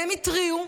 הם התריעו,